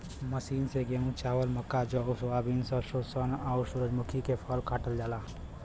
machine से गेंहू, चावल, मक्का, जौ, सोयाबीन, सरसों, सन, आउर सूरजमुखी के फसल काटल जाला